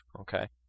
Okay